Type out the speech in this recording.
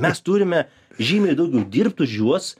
mes turime žymiai daugiau dirbt už juos